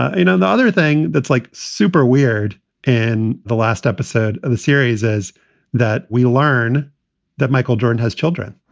you know, the other thing that's like super weird in the last episode of the series is that we learn that michael jordan has children